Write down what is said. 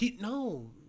no